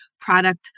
product